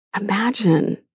imagine